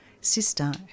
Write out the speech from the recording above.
sister